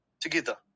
together